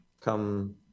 come